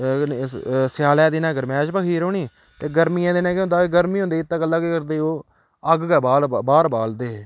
स्यालै दिनें गर्मैश भखी दी रौह्नी ते गर्मियें दिनें केह् होंदा गर्मी होंदी इत्त गल्ला केह् करदे ओह् अग्ग गै बाल बाह्र बालदे हे